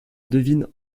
devine